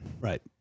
Right